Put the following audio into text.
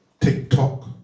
TikTok